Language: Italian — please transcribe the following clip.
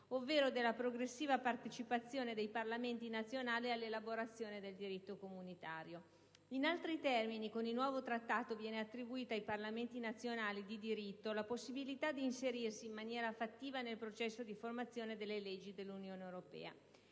ovvero della progressiva partecipazione dei Parlamenti nazionali all'elaborazione del diritto comunitario. In altri termini, con il nuovo Trattato viene attribuita ai Parlamenti nazionali, di diritto, la possibilità di inserirsi, in maniera fattiva, nel processo di formazione delle leggi dell'Unione europea.